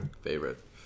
favorite